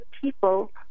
people